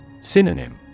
Synonym